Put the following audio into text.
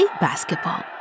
basketball